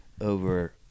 over